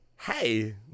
Hey